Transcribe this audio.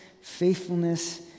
faithfulness